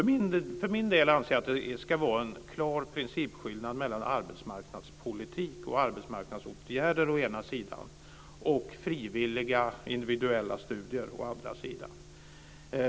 För min del anser jag att det ska vara en klar principskillnad mellan arbetsmarknadspolitik och arbetsmarknadsåtgärder å ena sidan och frivilliga och individuella studier å andra sidan.